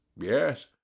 Yes